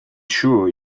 sure